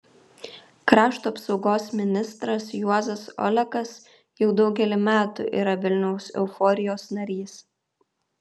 krašto apsaugos ministras juozas olekas jau daugelį metų yra vilniaus euforijos narys